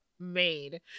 made